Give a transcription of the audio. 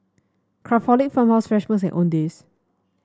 Craftholic Farmhouse Fresh Owndays